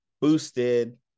boosted